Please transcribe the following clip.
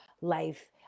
life